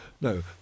No